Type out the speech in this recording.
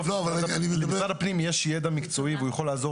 בסוף למשרד הפנים יש ידע מקצועי והוא יכול לעזור